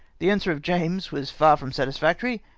the answer of james was far from satisfactory,